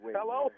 Hello